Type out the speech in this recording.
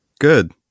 Good